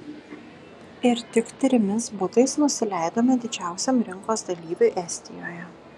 ir tik trimis butais nusileidome didžiausiam rinkos dalyviui estijoje